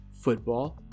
football